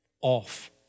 off